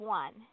one